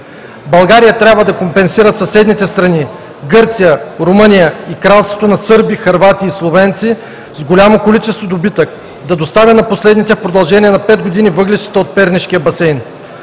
България трябва да компенсира съседните страни – Гърция, Румъния и Кралството на сърби, хървати и словенци, с голямо количество добитък, да достави на последните в продължение на пет години въглищата от Пернишкия басейн,